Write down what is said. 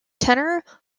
tenor